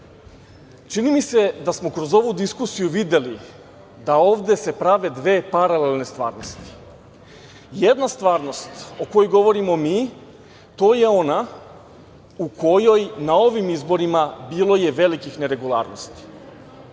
mi se da smo kroz ovu diskusiju videli da se ovde prave dve paralelne stvarnosti. Jedna stvarnost o kojoj govorimo mi, to je ona u kojoj je na ovim izborima bilo velikih neregularnosti. Druga